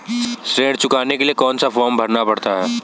ऋण चुकाने के लिए कौन सा फॉर्म भरना पड़ता है?